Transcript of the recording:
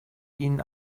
ihnen